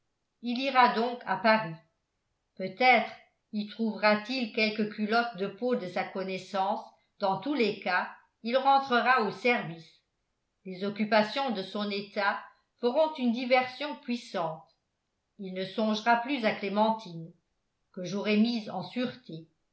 il ira donc à paris peut-être y trouverat il quelques culottes de peau de sa connaissance dans tous les cas il rentrera au service les occupations de son état feront une diversion puissante il ne songera plus à clémentine que j'aurai mise en sûreté